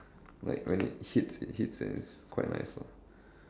like when it hits it hits and it's quite nice lah